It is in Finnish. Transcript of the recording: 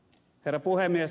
herra puhemies